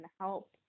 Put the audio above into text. help